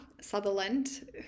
Sutherland